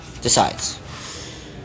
decides